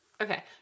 Okay